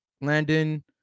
landon